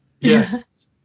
Yes